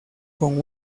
con